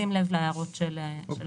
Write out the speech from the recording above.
בשים לב להערות של הוועדה.